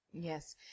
Yes